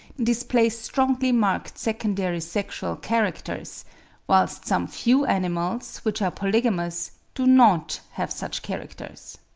display strongly-marked secondary sexual characters whilst some few animals, which are polygamous, do not have such characters.